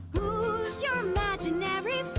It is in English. who's your imaginary